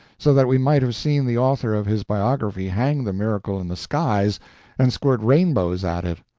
so that we might have seen the author of his biography hang the miracle in the skies and squirt rainbows at it.